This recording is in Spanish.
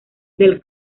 del